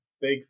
big